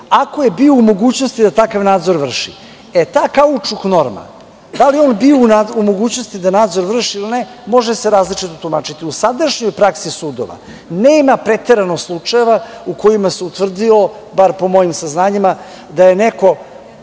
ako je bio u mogućnosti da takav nadzor vrši. E, ta kaučuk norma, da li je on bio u mogućnosti da nadzor vrši ili ne, može se različito tumačiti. U sadašnjoj praksi sudova nema preterano slučajeva u kojima se utvrdilo, bar po mojim saznanjima, da je neko,